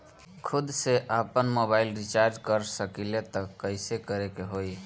खुद से आपनमोबाइल रीचार्ज कर सकिले त कइसे करे के होई?